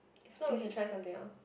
if not we can try something else